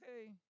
Okay